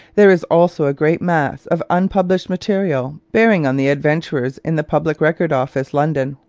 there is also a great mass of unpublished material bearing on the adventurers in the public record office, london.